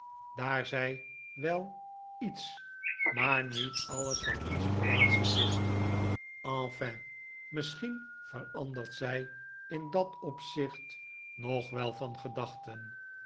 daar zjj wel iets maar niet alles van onze relaties wist enfin misschien verandert zij in dat opzicht nog wel van gedachten